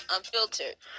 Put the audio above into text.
Unfiltered